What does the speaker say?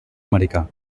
americà